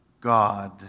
God